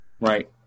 Right